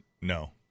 No